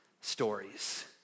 stories